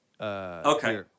Okay